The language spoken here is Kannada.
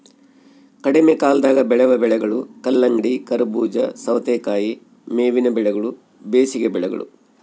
ಕಡಿಮೆಕಾಲದಾಗ ಬೆಳೆವ ಬೆಳೆಗಳು ಕಲ್ಲಂಗಡಿ, ಕರಬೂಜ, ಸವತೇಕಾಯಿ ಮೇವಿನ ಬೆಳೆಗಳು ಬೇಸಿಗೆ ಬೆಳೆಗಳು